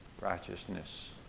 Righteousness